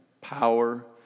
power